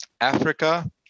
Africa